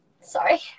sorry